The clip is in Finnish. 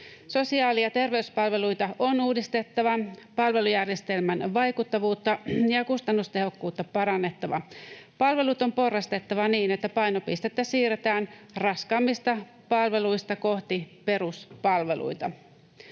Sosiaali- ja terveyspalveluita on uudistettava, palvelujärjestelmän vaikuttavuutta ja kustannustehokkuutta on parannettava. Palvelut on porrastettava niin, että painopistettä siirretään raskaammista palveluista kohti peruspalveluita.